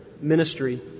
ministry